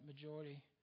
majority